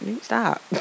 stop